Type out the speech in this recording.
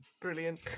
Brilliant